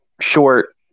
short